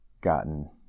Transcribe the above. gotten